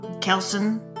Kelson